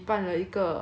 that was fun